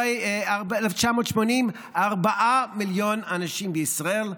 1980, ארבעה מיליון אנשים בישראל.